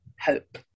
Hope